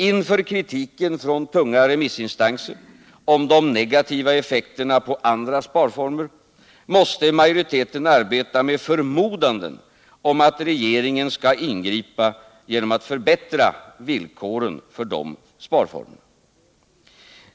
Inför kritiken från tunga remissinstanser om de negativa effekterna på andra sparformer måste majoriteten arbeta med förmodanden om att regeringen skall ingripa genom att förbättra villkoren för de sparformerna.